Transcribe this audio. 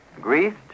greased